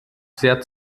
sehr